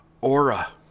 aura